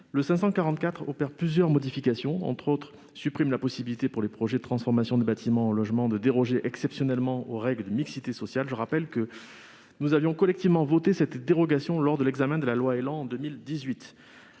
tend à opérer plusieurs modifications. Entre autres, il a pour objet de supprimer la possibilité, pour les projets de transformation de bâtiments en logements, de déroger exceptionnellement aux règles de mixité sociale. Je rappelle que nous avions collectivement voté cette dérogation en 2018, lors de l'examen de la loi portant